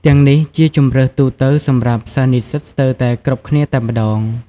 ទាំងនេះជាជម្រើសទូទៅសម្រាប់សិស្សនិស្សិតស្ទើរតែគ្រប់គ្នាតែម្តង។